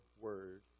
word